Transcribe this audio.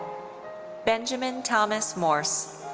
benjamin thomas morse.